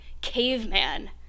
caveman